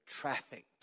trafficked